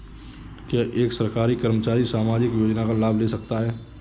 क्या एक सरकारी कर्मचारी सामाजिक योजना का लाभ ले सकता है?